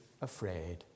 afraid